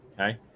Okay